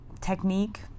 technique